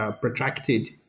protracted